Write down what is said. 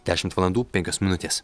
dešimt valandų penkios minutės